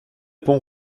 pont